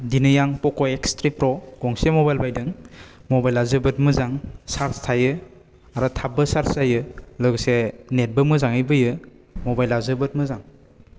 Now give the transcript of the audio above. दिनै आं पक' एक्सथ्रि प्र' गंसे मबाइल बायदों मबाइल आ जोबोद मोजां सार्ज थायो आरो थाबबो सार्ज जायो लोगोसे नेट बो मोजाङै बोयो मबाइल आ जोबोद मोजां